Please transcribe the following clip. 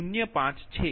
05 છે